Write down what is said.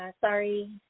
Sorry